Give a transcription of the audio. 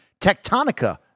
Tectonica